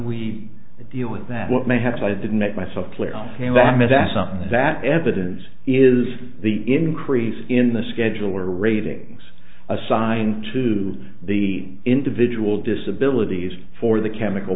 we deal with that what may happen i didn't make myself clear that something that evidence is the increase in the scheduler ratings assigned to the individual disability for the chemical